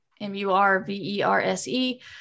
M-U-R-V-E-R-S-E